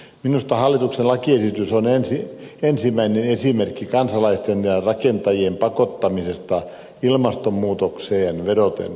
minusta hallituksen lakiesitys on ensimmäinen esimerkki kansalaisten ja rakentajien pakottamisesta ilmastonmuutokseen vedoten